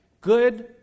good